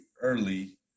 early